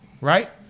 right